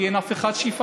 כי אין אף אחד שיפקח.